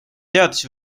teadis